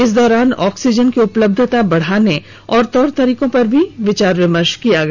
इस दौरान ऑक्सीजन की उपलब्धता बढ़ाने के तौर तरीकों पर भी विचार विमर्श किया गया